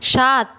সাত